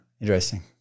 Interesting